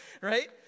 right